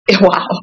wow